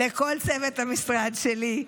לכל צוות המשרד שלי,